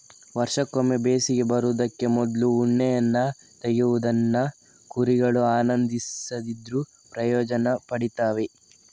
ವರ್ಷಕ್ಕೊಮ್ಮೆ ಬೇಸಿಗೆ ಬರುದಕ್ಕೆ ಮೊದ್ಲು ಉಣ್ಣೆಯನ್ನ ತೆಗೆಯುವುದನ್ನ ಕುರಿಗಳು ಆನಂದಿಸದಿದ್ರೂ ಪ್ರಯೋಜನ ಪಡೀತವೆ